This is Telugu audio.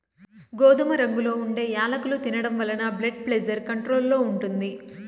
గోధుమ రంగులో ఉండే యాలుకలు తినడం వలన బ్లెడ్ ప్రెజర్ కంట్రోల్ లో ఉంటుంది